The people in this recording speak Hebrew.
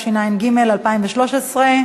חוק ומשפט להכנה לקראת קריאה שנייה ושלישית.